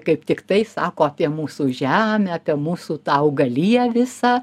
kaip tiktai sako apie mūsų žemę apie mūsų tau augaliją visą